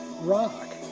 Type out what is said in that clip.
rock